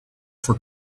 for